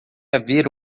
haver